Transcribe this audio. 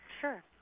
Sure